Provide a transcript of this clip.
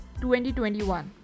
2021